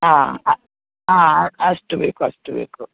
ಆ ಹಾಂ ಅಷ್ಟು ಬೇಕು ಅಷ್ಟು ಬೇಕು